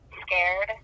Scared